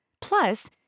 Plus